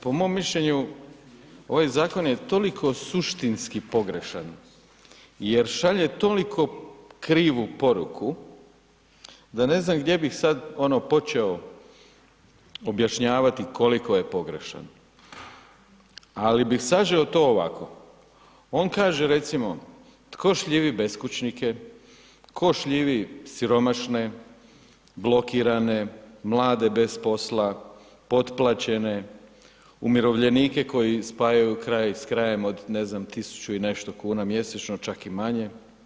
Po mom mišljenju, ovaj zakon je toliko suštinski pogrešan, jer šalje toliko krivu poruku, da ne znam gdje bi sada počeo, objašnjavati koliko je pogrešan, ali bih sažeo to ovako, on kaže, recimo, tko šljivi beskućnike, ko šljivi siromašne, blokirane, mlade, bez posla, potplaćene, umirovljenike koji spajaju kraj s krajem, s ne znam, 1000 i nešto kuna mjesečno, čak i manje.